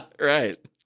Right